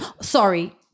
Sorry